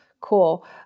Cool